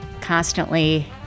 constantly